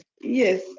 Yes